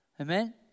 Amen